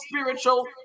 spiritual